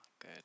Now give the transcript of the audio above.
good